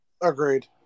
Agreed